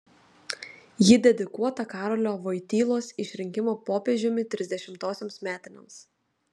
ji dedikuota karolio vojtylos išrinkimo popiežiumi trisdešimtosioms metinėms